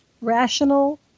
Rational